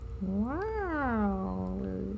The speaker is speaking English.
Wow